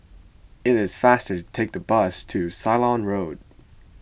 it is faster to take the bus to Ceylon Road